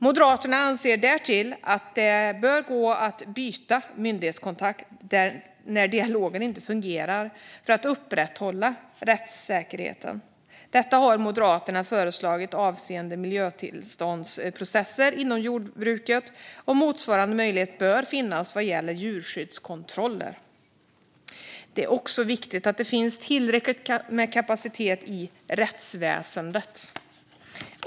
Moderaterna anser därtill att det bör gå att byta myndighetskontakt när dialogen inte fungerar för att upprätthålla rättssäkerheten. Detta har Moderaterna föreslagit avseende miljötillståndsprocesser inom jordbruket. Och motsvarande möjlighet bör finnas vad gäller djurskyddskontroller. Det är också viktigt att det finns tillräcklig kapacitet i rättsväsendet.